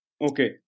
Okay